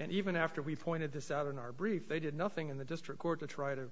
and even after we pointed this out in our brief they did nothing in the district court to try to